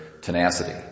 tenacity